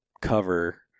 cover